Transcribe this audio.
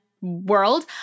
world